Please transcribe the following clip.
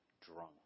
drunk